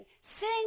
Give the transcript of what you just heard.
Sing